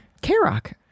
K-Rock